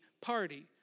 party